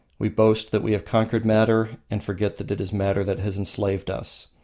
we boast that we have conquered matter and forget that it is matter that has enslaved us.